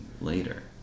later